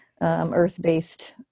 earth-based